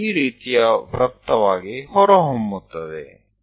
ಇದು ಈ ರೀತಿಯ ವೃತ್ತವಾಗಿ ಹೊರಹೊಮ್ಮುತ್ತದೆ